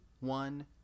One